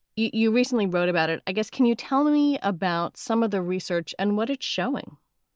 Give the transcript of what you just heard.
you you recently wrote about it, i guess. can you tell me about some of the research and what it's showing?